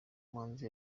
manzi